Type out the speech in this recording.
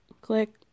click